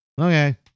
okay